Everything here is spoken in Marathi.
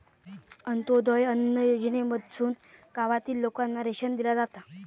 अंत्योदय अन्न योजनेमधसून गावातील लोकांना रेशन दिला जाता